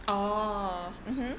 oh mmhmm